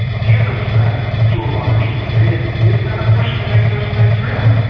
give us that to a large degree, and we've got to push to make those things real.